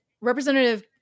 Representative